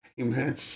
Amen